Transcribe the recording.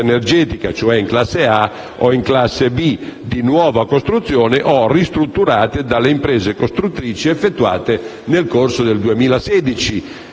cioè di classe A o B, di nuova costruzione o ristrutturate dalle imprese costruttrici nel corso del 2016.